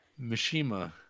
Mishima